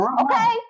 okay